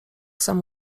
samo